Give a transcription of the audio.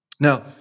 Now